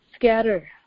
scatter